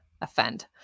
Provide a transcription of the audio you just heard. offend